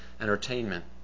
entertainment